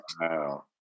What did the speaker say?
Wow